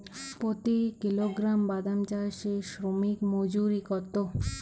প্রতি কিলোগ্রাম বাদাম চাষে শ্রমিক মজুরি কত?